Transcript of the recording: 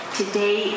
today